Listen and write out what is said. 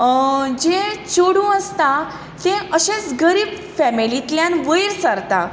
जें चेडूं आसता तें अशेंच गरीब फॅमिलींतल्यान वयर सरता